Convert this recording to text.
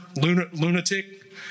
lunatic